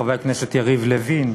חבר הכנסת יריב לוין,